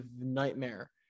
nightmare